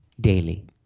daily